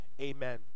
Amen